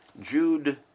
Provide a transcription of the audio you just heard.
Jude